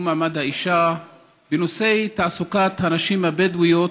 מעמד האישה בנושא תעסוקת הנשים הבדואיות.